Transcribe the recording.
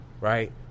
right